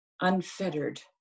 unfettered